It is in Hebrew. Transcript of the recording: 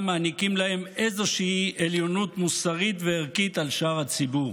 מעניקים להם איזושהי עליונות מוסרית וערכית על שאר הציבור,